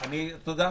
תודה.